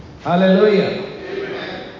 Hallelujah